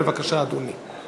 בבקשה, אדוני.